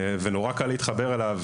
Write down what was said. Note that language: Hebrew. שנורא קל להתחבר אליו